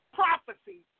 prophecy